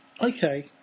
okay